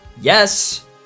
Yes